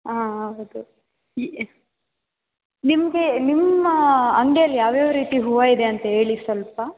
ಹಾಂ ಹೌದು ನಿಮಗೆ ನಿಮ್ಮ ಅಂಗಡಿಯಲ್ಲಿ ಯಾವ್ಯಾವ ರೀತಿ ಹೂವು ಇದೆ ಅಂತ ಹೇಳಿ ಸ್ವಲ್ಪ